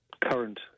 current